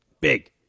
Big